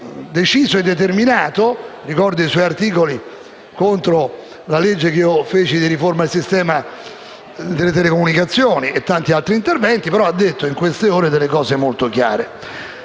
deciso e determinato (ricordo i suoi articoli contro la mia legge di riforma del sistema delle telecomunicazioni e tanti altri interventi) il quale ha detto in queste ore delle cose molto chiare.